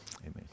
amen